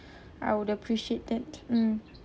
I would appreciate that mm